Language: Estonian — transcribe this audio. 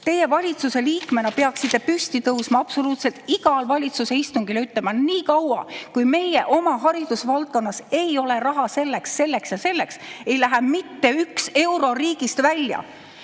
Teie valitsuse liikmena peaksite absoluutselt igal valitsuse istungil püsti tõusma ja ütlema: niikaua, kui meie oma haridusvaldkonnas ei ole raha selleks, selleks ja selleks, ei lähe mitte üks euro riigist välja!